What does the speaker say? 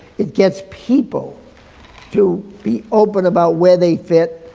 it gets people to be open about where they fit.